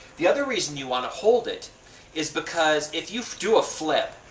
the other reason you want to hold it is because if you do a flip,